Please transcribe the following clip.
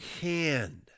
hand